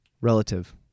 Relative